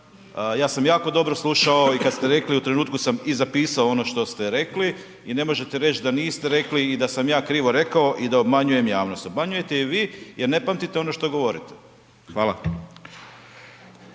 ja sam jako dobro slušao i kad ste rekli, u trenutku sam i zapisao ono što ste rekli i ne možete reći da niste rekli i da sam ja krivo rekao i da obmanjujem javnost. Obmanjujete i vi jer ne pamtite ono što govorite. Hvala.